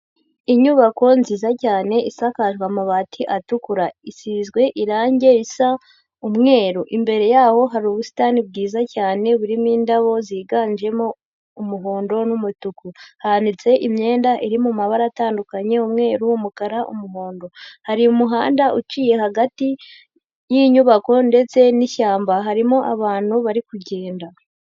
Inyubako nziza cyane isakajwe amabati atukura, isizwe irangi risa umweru, imbere yaho hari ubusitani bwiza cyane burimo indabo ziganjemo umuhondo n'umutuku, hanitse imyenda iri mu mabara atandukanye, umweru, umukara, umuhondo, hari umuhanda uciye hagati y'inyubako ndetse n'ishyamba, harimo abantu bari kugenda.